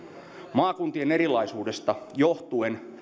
maakuntien erilaisuudesta johtuen